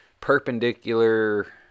perpendicular